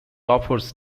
offers